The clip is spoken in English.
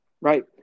right